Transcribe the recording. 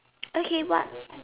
okay what